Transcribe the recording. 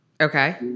Okay